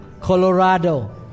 Colorado